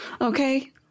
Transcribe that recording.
Okay